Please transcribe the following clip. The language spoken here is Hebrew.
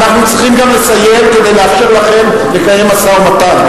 אנחנו צריכים גם לסיים כדי לאפשר לכם לקיים משא-ומתן.